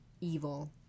evil